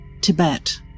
Tibet